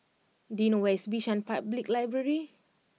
do you know where is Bishan Public Library